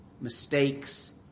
mistakes